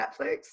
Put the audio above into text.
Netflix